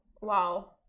wow